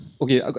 okay